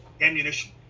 ammunition